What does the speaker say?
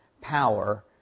power